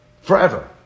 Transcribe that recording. forever